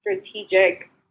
strategic